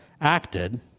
acted